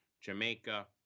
Jamaica